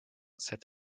said